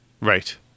right